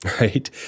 Right